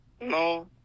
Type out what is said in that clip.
no